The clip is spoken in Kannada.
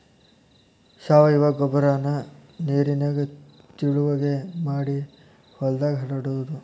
ಸಾವಯುವ ಗೊಬ್ಬರಾನ ನೇರಿನಂಗ ತಿಳುವಗೆ ಮಾಡಿ ಹೊಲದಾಗ ಹರಡುದು